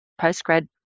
postgrad